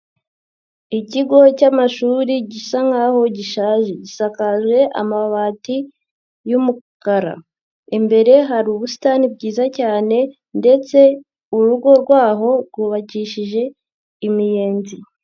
Ikigo cy'amashuri gisa nk'aho gishaje, gisakaje amabati y'umukara, imbere hari ubusitani bwiza cyane ndetse urugo rwaho rwubakishije imiyenzi.